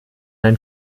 ein